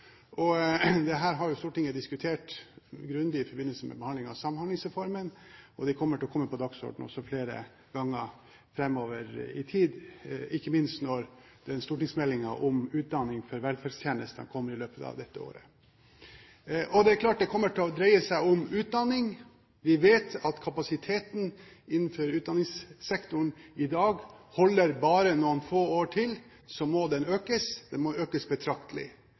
og omsorgssektoren, de nærmeste 10–20 årene, for behovene kommer til å øke radikalt? Dette har jo Stortinget diskutert grundig i forbindelse med behandlingen av Samhandlingsreformen, og det kommer til å komme på dagsordenen også flere ganger framover, ikke minst når stortingsmeldingen om utdanning for velferdstjenestene kommer i løpet av dette året. Og det er klart det kommer til å dreie seg om utdanning. Vi vet at kapasiteten innenfor utdanningssektoren i dag bare holder noen få år til, så må den økes, og den må økes betraktelig.